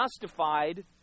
justified